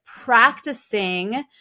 practicing